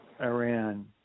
Iran